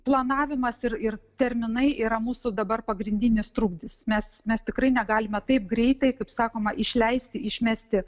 planavimas ir ir terminai yra mūsų dabar pagrindinis trukdis mes mes tikrai negalime taip greitai kaip sakoma išleisti išmesti